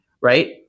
right